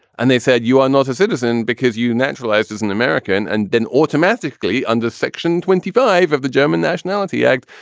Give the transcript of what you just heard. and they said, you are not a citizen because you naturalized as an american. and then automatically under section twenty five of the german nationality act,